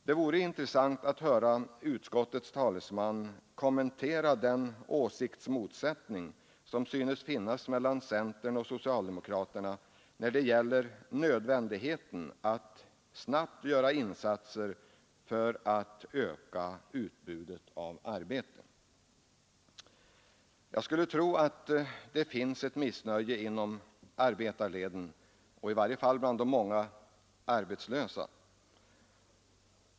Det vore onekligen intressant att höra utskottets talesman kommentera den åsiktsmotsättning som synes finnas mellan centern och socialdemokraterna när det gäller nödvändigheten av att snabbt göra insatser för att öka utbudet av arbetstillfällen. Jag skulle tro att det finns ett missnöje inom arbetarledern, och i varje fall bland de många arbetslösa.